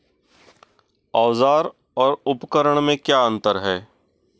औज़ार और उपकरण में क्या अंतर है?